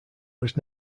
was